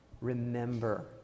Remember